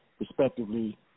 respectively